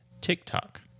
TikTok